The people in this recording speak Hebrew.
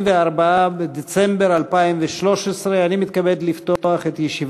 התרבות והספורט בעקבות דיון בהצעה לסדר-היום של חבר